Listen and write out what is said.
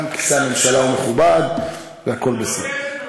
גם כיסא הממשלה הוא מכובד, והכול בסדר.